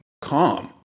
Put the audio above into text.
calm